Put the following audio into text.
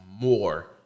more